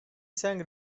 sang